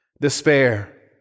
despair